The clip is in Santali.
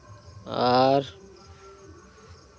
ᱟᱨ